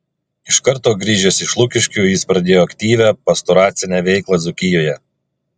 iš karto grįžęs iš lukiškių jis pradėjo aktyvią pastoracinę veiklą dzūkijoje